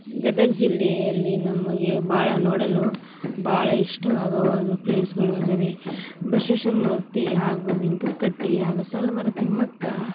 ಗದಗ ಜಿಲ್ಲೆಯಲ್ಲಿ ನಮಗೆ ಭಾಳ ನೋಡಲು ಭಾಳ ಇಷ್ಟವಾಗುವುದು ಪ್ಲೇಸ್ಗಳು ಅದಾವೆ ಬಸ್ವೇಶ್ವರ ಮೂರ್ತಿ ಹಾಗು ಬಿಂಕದ್ಕಟ್ಟಿ ಹಾಗು ಸಾಲುಮರದ ತಿಮ್ಮಕ್ಕ